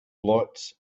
blots